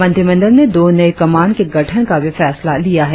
मंत्रिमंडल ने दो नए कमान के गठन का भी फैसला लिया है